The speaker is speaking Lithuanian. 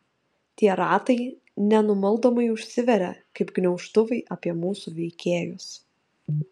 tie ratai nenumaldomai užsiveria kaip gniaužtuvai apie mūsų veikėjus